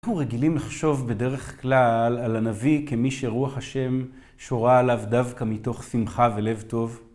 אנחנו רגילים לחשוב בדרך כלל על הנביא כמי שרוח השם שורה עליו דווקא מתוך שמחה ולב טוב?